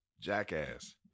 jackass